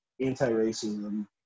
anti-racism